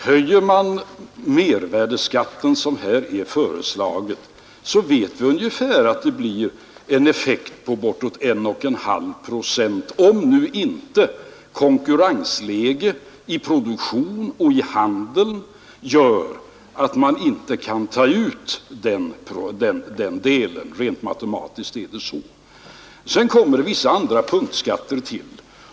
Höjer man mervärdeskatten, som här är föreslaget, så vet vi ungefär att det blir en priseffekt på bortåt 1 1/2 procent — om nu inte konkurrensläge i produktion och i handel gör att man inte kan ta ut den delen. Rent matematiskt är det så. Sedan kommer vissa andra punktskatter till.